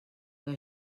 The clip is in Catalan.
que